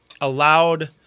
allowed